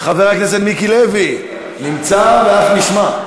חבר הכנסת מיקי לוי, נמצא ואף נשמע.